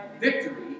victory